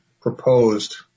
proposed